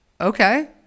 okay